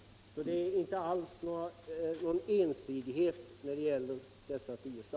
Det är inte alls något ensidigt urval.